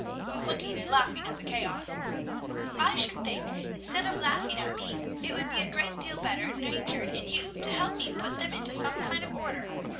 who was looking and laughing at the chaos i should think, instead of laughing at me, it would be a great deal better natured in you to help me put them into some kind of order.